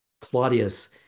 Claudius